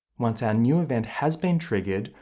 once our new event has been triggered,